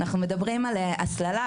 מדברים על הסללה,